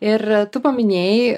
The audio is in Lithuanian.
ir tu paminėjai